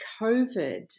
COVID